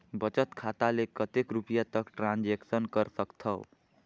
बचत खाता ले कतेक रुपिया तक ट्रांजेक्शन कर सकथव?